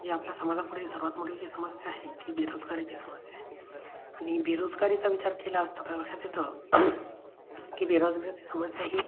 जी आपल्या समाजापुढे सर्वात मोठी जी समस्या आहे ती बेरोजगारीची समस्या आणि बेरोजगारीचा विचार केला असता आपल्या लक्षात येतं की बेरोजगारीची समस्या ही